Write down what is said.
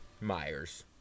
Myers